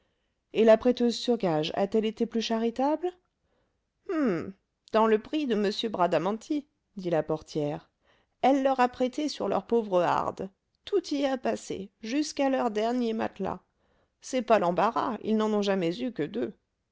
et la prêteuse sur gages a-t-elle été plus charitable hum dans le prix de m bradamanti dit la portière elle leur a prêté sur leurs pauvres hardes tout y a passé jusqu'à leur dernier matelas c'est pas l'embarras ils n'en ont jamais eu que deux